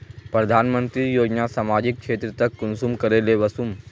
प्रधानमंत्री योजना सामाजिक क्षेत्र तक कुंसम करे ले वसुम?